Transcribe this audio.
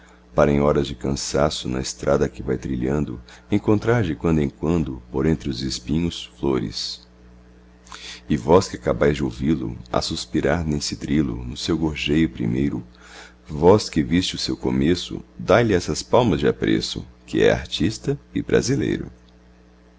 para em horas de cansaço na estrada que vai trilhando encontrar de quando em quando por entre os espinhos flores e vós que acabais de ouvi-lo a suspirar nesse trilo no seu gorjeio primeiro vós que viste o seu começo dai lhe essas palmas de apreço que é artista e brasileiro